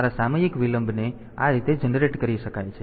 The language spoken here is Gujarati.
તેથી તમારા સામયિક વિલંબને આ રીતે જનરેટ કરી શકાય છે